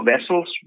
vessels